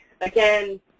Again